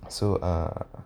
so uh